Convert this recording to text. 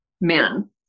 men